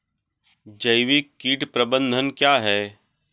जैविक कीट प्रबंधन क्या है?